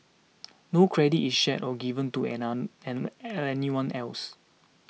no credit is shared or given to an anyone else